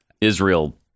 Israel